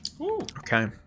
Okay